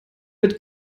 mit